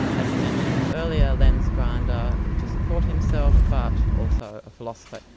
as you mentioned earlier, a lens-grinder to support himself, but also a philosopher.